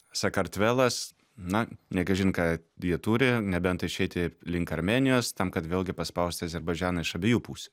sakartvelas na ne kažin ką jie turi nebent išeiti link armėnijos tam kad vėlgi paspausti azerbaidžaną iš abiejų pusių